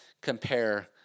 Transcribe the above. compare